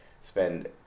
spend